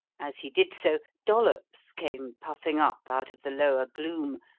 as he did so, dollops came puffing up out of the lower gloom,